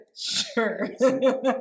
Sure